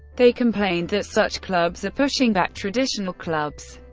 they complained that such clubs are pushing back traditional clubs,